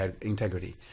integrity